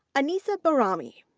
anisa bahrami,